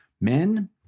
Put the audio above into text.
men